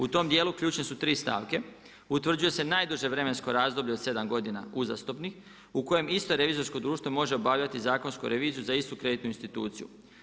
U tom dijelu ključne su 3 stavke, utvrđuje se najduže vremensko razdoblje od 7 godina uzastopnih u kojem isto revizijsko društvo može obavljati zakonsku reviziju za istu kreditnu instituciju.